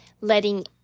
letting